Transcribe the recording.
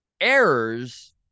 errors